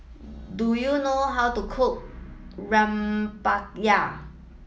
do you know how to cook Rempeyek